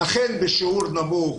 אכן בשיעור נמוך,